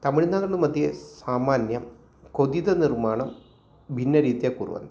तमिळ्नाडुमध्ये सामान्यं क्वथितनिर्माणं भिन्नरीत्या कुर्वन्ति